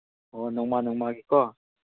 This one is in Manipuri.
ꯑꯣ ꯅꯣꯡꯃ ꯅꯣꯡꯃꯒꯤꯀꯣ